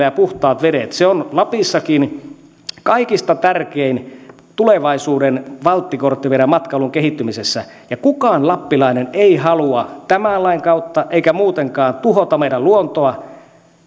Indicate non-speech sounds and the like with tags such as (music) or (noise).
(unintelligible) ja puhtaat vedet säilyvät meillä se on lapissakin kaikista tärkein tulevaisuuden valttikortti meidän matkailun kehittymisessä ja kukaan lappilainen ei halua tämän lain kautta eikä muutenkaan tuhota meidän luontoa